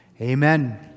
Amen